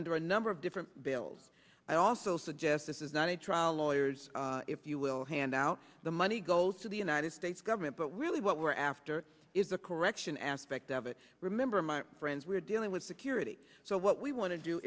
under a number of different bills i also suggest this is not a trial lawyers if you will hand out the money goes to the united states government but really what we're after is a correction aspect of it remember my friends we're dealing with security so what we want to do